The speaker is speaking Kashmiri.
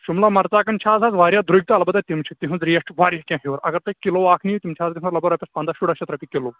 شُملا مرژٕوانٛگن چھِ حظ اَز واریاہ درٛۅگ البتہٕ تِم چھِ تِہٕنٛز ریٹ چھِ واریاہ کیٚنٛہہ ہیوٚر اگر تۅہہِ کِلوٗ اکھ نِیِو تِم چھِ حظ گژھان لگ بگ رۅپیس پنٛداہ شُراہ شیٚتھ رۅپیہِ کِلوٗ